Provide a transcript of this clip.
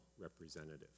representative